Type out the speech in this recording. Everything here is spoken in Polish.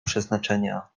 przeznaczenia